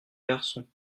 garçon